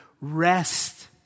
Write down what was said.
rest